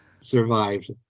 Survived